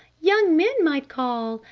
young men might call.